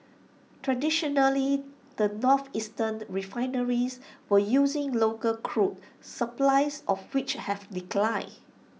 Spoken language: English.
traditionally the northeastern refineries were using local crude supplies of which have declined